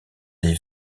des